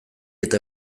eta